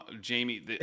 Jamie